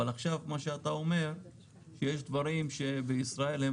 אבל עכשיו כמו שאתה אומר שיש דברים שבישראל הם